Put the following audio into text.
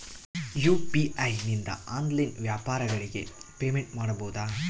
UPI ನಿಂದ online ವ್ಯಾಪಾರಗಳಿಗೆ payment ಮಾಡಬಹುದಾ?